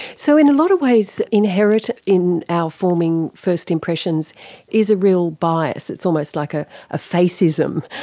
so in a lot of ways, inherit in our forming first impressions is a real bias, it's almost like ah a face-ism.